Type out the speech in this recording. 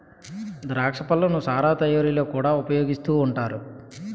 ద్రాక్ష పళ్ళను సారా తయారీలో కూడా ఉపయోగిస్తూ ఉంటారు